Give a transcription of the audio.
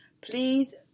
please